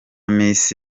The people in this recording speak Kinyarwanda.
miss